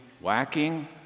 whacking